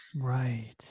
right